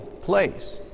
place